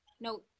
no